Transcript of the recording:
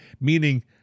meaning